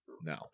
No